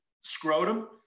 scrotum